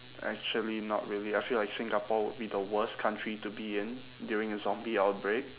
actually not really I feel like singapore would be the worst country to be in during a zombie outbreak